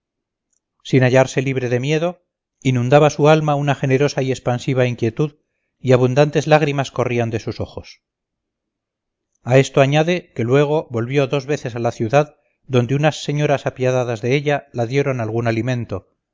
sin hallarse libre de miedo inundaba su alma una generosa y expansiva inquietud y abundantes lágrimas corrían de sus ojos a esto añade que luego volvió dos veces a la ciudad donde unas señoras apiadadas de ella la dieron algún alimento